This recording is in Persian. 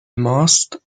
ماست